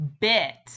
bit